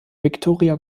viktoria